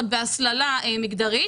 עוד בהסללה מגדרית